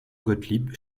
gottlieb